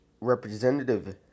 Representative